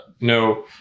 No